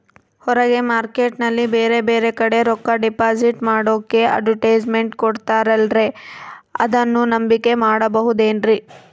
ಹೊರಗೆ ಮಾರ್ಕೇಟ್ ನಲ್ಲಿ ಬೇರೆ ಬೇರೆ ಕಡೆ ರೊಕ್ಕ ಡಿಪಾಸಿಟ್ ಮಾಡೋಕೆ ಅಡುಟ್ಯಸ್ ಮೆಂಟ್ ಕೊಡುತ್ತಾರಲ್ರೇ ಅದನ್ನು ನಂಬಿಕೆ ಮಾಡಬಹುದೇನ್ರಿ?